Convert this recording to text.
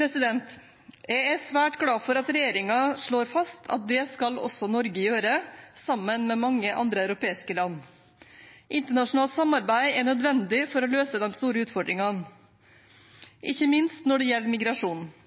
Jeg er svært glad for at regjeringen slår fast at det skal også Norge gjøre, sammen med mange andre europeiske land. Internasjonalt samarbeid er nødvendig for å løse de store utfordringene,